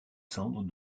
cendres